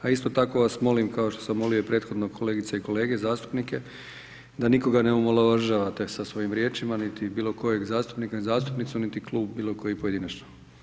A isto tako vas molim, kao što sam molio i prethodno, kolegice i kolege zastupnike da nikoga ne omalovažavate sa svojim riječima, niti bilo kojeg zastupnika i zastupnicu, niti klub bilo koji pojedinačno.